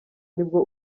nibwo